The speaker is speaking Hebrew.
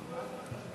סליחה,